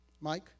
Mike